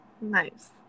nice